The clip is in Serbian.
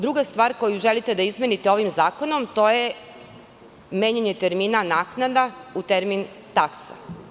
Druga stvar koju želite da izmenite ovim zakonom, to je menjanje termina "naknada" u termin "taksa"